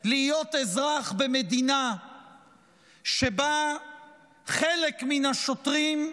להיות אזרח במדינה שבה חלק מן השוטרים,